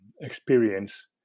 experience